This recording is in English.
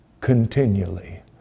continually